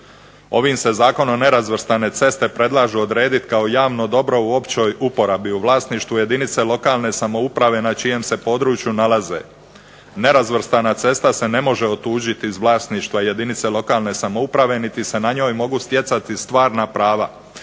Ovim se zakonom nerazvrstane ceste predlažu odrediti kao javno dobro u općoj uporabi u vlasništvu jedinice lokalne samouprave na čijem se području nalaze. Nerazvrstana cesta se ne može otuđiti iz vlasništva jedinice lokalne samouprave niti se na njoj mogu stjecati stvarna prava